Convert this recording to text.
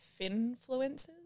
finfluencers